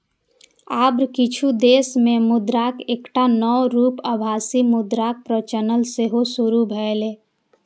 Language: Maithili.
आब किछु देश मे मुद्राक एकटा नव रूप आभासी मुद्राक प्रचलन सेहो शुरू भेलैए